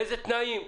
באיזה תנאים,